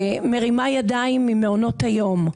מרימה ידיים ממעונות היום.